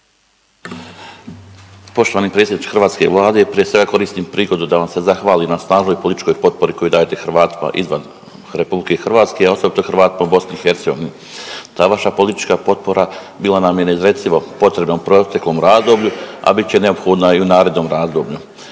Poštovani predsjedniče hrvatske Vlade, prije svega koristim prigodu da vam se zahvalim na snažnoj političkoj potpori koju dajete Hrvate izvan RH, a osobito Hrvatima u BiH. Ta vaša politička potpora bila nam je neizrecivo potrebna u proteklom razdoblju, a bit će neophodna i u narednom razdoblju.